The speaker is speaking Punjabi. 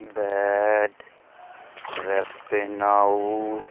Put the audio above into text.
ਬੈਡ ਰੈਪੇਨਾਊ